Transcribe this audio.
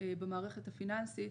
במערכת הפיננסית.